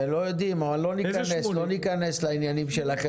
לא יודעים, לא ניכנס לעניינים שלכם.